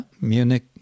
Munich